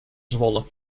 zwolle